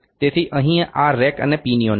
તેથી અહીં આ રેક અને પિનિઓન છે